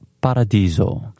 Paradiso